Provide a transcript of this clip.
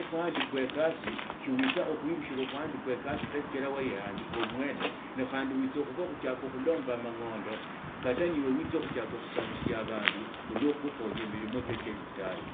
okhuandikwa ekasi shiuwitsa okhuilushila khwandika ekasi ta sichira weyeandika ibe omwene na khandi witsa khuba khutsiaka khulomba amangonda kata niiwe witsakhutsiaka khushamusia abandu khulwa khukhonya milimo chio chie litala.